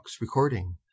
recording